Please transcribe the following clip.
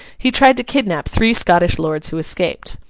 he tried to kidnap three scottish lords who escaped.